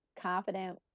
confident